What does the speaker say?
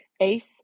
Ace